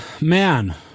man